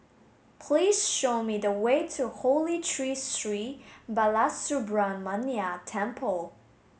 please show me the way to Holy Tree Sri Balasubramaniar Temple